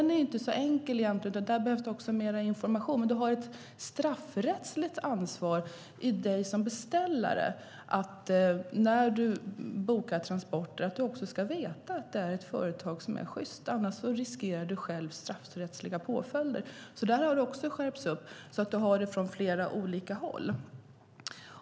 Det är inte så enkelt, utan där behövs också mer information, men en beställare som bokar transporter ska veta att det är ett företag som är sjyst, annars riskerar man själv straffrättsliga påföljder. Där har det alltså också skärpts, så därmed har vi det från flera olika håll.